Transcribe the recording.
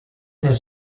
nel